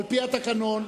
על-פי התקנון,